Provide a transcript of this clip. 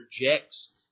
rejects